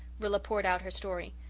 rilla poured out her story.